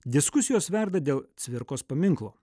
diskusijos verda dėl cvirkos paminklo